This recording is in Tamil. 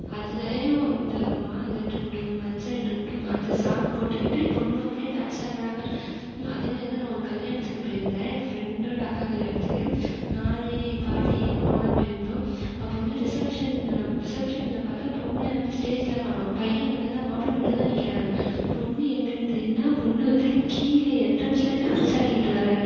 அதுலையும் இந்த மாலை டும்டும் மஞ்சளை டும்டும் அந்த சாங் போட்டுக்கிட்டு பொண்ணு மாப்பிளையும் டான்ஸ் ஆட்றாங்க அதே மாதிரிதான் நான் ஒரு கல்யாணத்துக்கு போய்ருந்தன் என் ஃப்ரெண்டோட அக்கா கல்யாணத்துக்கு நான் என் பாட்டி எங்கள் அம்மாலாம் போயிருந்தோம் அப்போ வந்து ரிசப்ஷன் ரிசப்ஷனில் பார்த்தா பொண்ண வந்து ஸ்டேஜில் காணும் பையன் மட்டுந்தான் மாப்பிள மட்டுந்தான் நிற்கிறாங்க பொண்ணு எங்கேன்னு தேடுனா பொண்ணு வந்து கீழே எண்ட்ரன்ஸில் டான்ஸ் ஆடிக்கிட்டு வராங்க